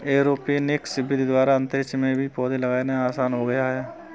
aeroponics विधि द्वारा अंतरिक्ष में भी पौधे लगाना आसान हो गया है